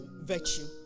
virtue